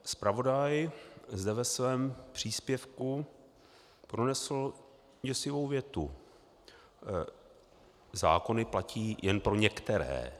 Zpravodaj zde ve svém příspěvku pronesl děsivou větu: Zákony platí jen pro některé.